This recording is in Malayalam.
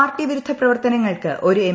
പാർട്ടി വിരുദ്ധ പ്രവർത്തനങ്ങൾക്ക് ഒരു എം